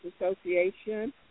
association